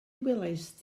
welaist